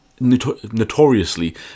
notoriously